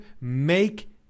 make